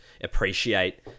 appreciate